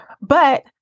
But-